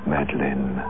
Madeline